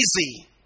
easy